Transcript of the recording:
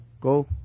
go